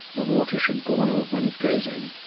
the water should boil when it goes in.